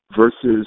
versus